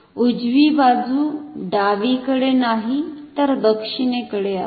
उजवीबाजु डावीकडे नाही तर दक्षिणेकडे आहे